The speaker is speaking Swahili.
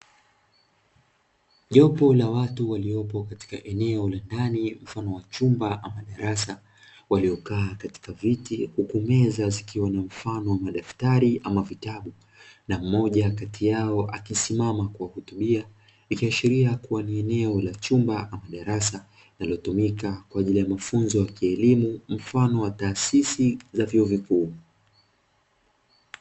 Jopo la watu waliopo katika eneo la ndani, mfano wa chumba ama darasa, waliokaa katika viti, huku meza zikiwa na mfano wa madaftari ama vitabu na mmoja kati yao akisimama kuwahutubia ikiashiria kuwa ni eneo la chumba ama darasa, linalotumika kwaajili ya mafunzo ya kielimu mfano wa taasisi za vyuo vikuu.